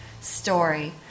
story